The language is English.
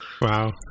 Wow